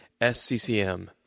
SCCM